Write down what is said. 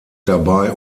dabei